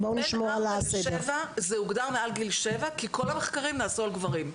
זה הוגדר מעל גיל שבע כי כל המחקרים נעשו על גברים.